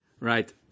Right